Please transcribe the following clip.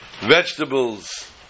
vegetables